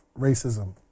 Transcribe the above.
racism